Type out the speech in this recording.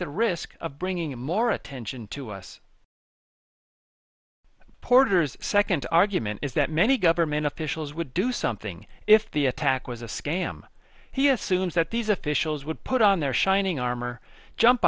the risk of bringing more attention to us porters second argument is that many government officials would do something if the attack was a scam he assumes that these officials would put on their shining armor jump